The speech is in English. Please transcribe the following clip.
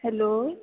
hello